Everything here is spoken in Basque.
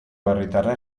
herritarrek